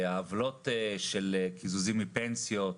העוולות של קיזוזים מפנסיות,